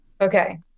Okay